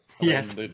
Yes